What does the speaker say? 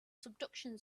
subduction